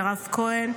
מירב כהן,